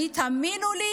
תאמינו לי,